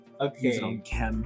okay